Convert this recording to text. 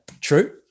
True